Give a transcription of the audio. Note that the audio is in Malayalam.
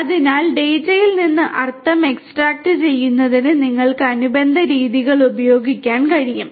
അതിനാൽ ഡാറ്റയിൽ നിന്ന് അർത്ഥം എക്സ്ട്രാക്റ്റുചെയ്യുന്നതിന് നിങ്ങൾക്ക് അനുബന്ധ രീതികൾ ഉപയോഗിക്കാൻ കഴിയും